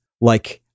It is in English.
Like-